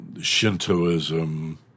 Shintoism